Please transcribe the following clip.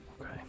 Okay